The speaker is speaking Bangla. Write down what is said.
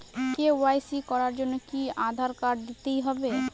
কে.ওয়াই.সি করার জন্য কি আধার কার্ড দিতেই হবে?